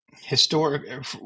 historic